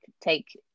take